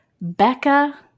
Becca